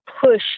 push